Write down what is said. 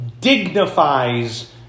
dignifies